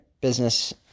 business